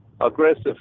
aggressive